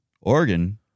Oregon